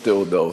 שתי הודעות,